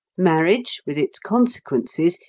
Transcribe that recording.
marriage, with its consequences,